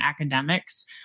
academics